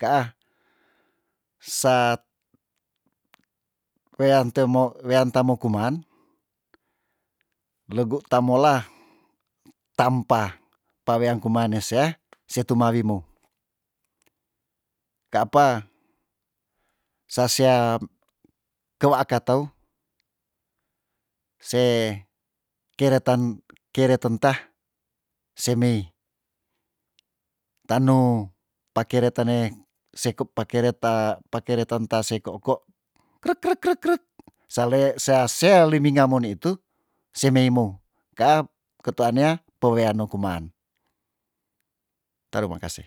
kaa sat wean te mo wean ta mo kuman legu tamola taampa pa wean kuman ne sea se tu mawimo ka apa sa sea kewaa ka teu se keretan kerten tah se mei tanu pakeretane sekup pakereta pakereten ta se ko'ko' krek krek krek krek sale sea sea liminga mo nitu se meimo kaa ketua nea peweano kuman tarima kase